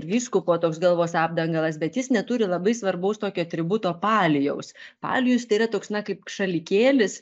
vyskupo toks galvos apdangalas bet jis neturi labai svarbaus tokio atributo palijaus palijus tai yra toks na kaip šalikėlis